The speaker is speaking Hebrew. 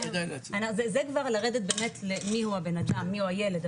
זה כבר לרדת באמת מי הוא הבנאדם מיהו הילד,